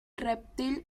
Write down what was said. reptil